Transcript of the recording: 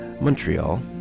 Montreal